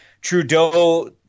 Trudeau